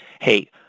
hey